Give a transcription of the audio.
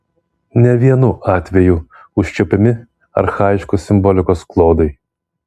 ne vienu atveju užčiuopiami archaiškos simbolikos klodai